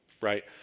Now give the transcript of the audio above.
right